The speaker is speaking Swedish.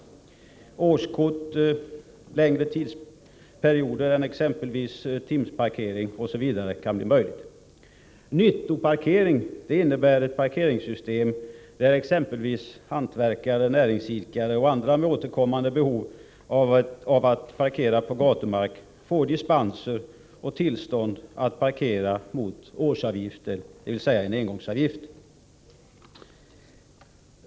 Man kan tänka sig årskort, längre tidsperioder än exempelvis timparkering m.m. Nyttoparkering innebär ett system där exempelvis hantverkare, näringsidkare och andra med återkommande behov av att parkera på gatumark får dispenser och tillstånd att parkera mot årsavgift, dvs. en engångsavgift.